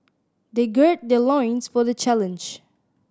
they gird their loins for the challenge